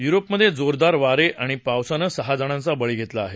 युरोपमधे जोरदार वारे आणि पावसानं सहा जणांचा बळी घेतला आहे